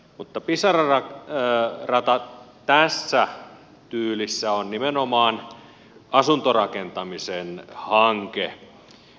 mutta pisara rata tässä tyylissä on nimenomaan asuntorakentamisen hanke